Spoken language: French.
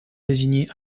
désigné